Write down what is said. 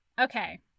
Okay